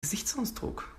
gesichtsausdruck